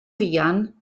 fuan